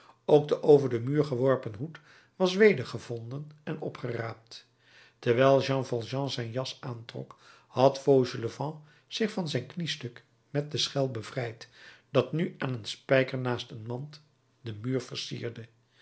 ook de over den muur geworpen hoed was wedergevonden en opgeraapt terwijl jean valjean zijn jas aantrok had fauchelevent zich van zijn kniestuk met de schel bevrijd dat nu aan een spijker naast een mand den muur versierde